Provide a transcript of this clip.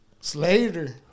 Slater